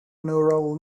neural